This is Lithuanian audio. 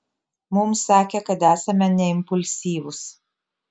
mums sakė kad esame neimpulsyvūs